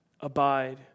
abide